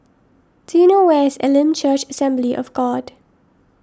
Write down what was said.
do you know where is Elim Church Assembly of God